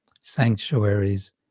sanctuaries